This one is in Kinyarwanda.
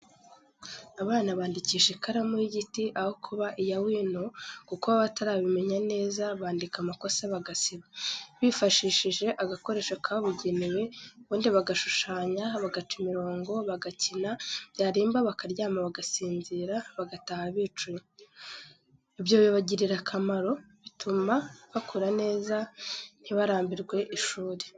Abana bandikisha ikaramu y'igiti aho kuba iya wino kuko baba batarabimenya neza bandika amakosa bagasiba, bifashishije agakoresho kabugenewe, ubundi bagashushanya, bagaca imirongo, bagakina, byarimba bakaryama bagasinzira, bagataha bicuye. Ibyo bibagirira akamaro, bituma bakura neza, ntibarambirwe ishuri.